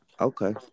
Okay